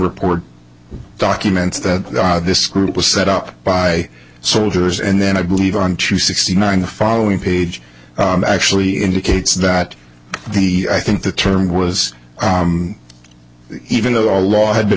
report documents that this group was set up by soldiers and then i believe on two sixty nine the following page actually indicates that the i think the term was even that all law had been